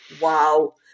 wow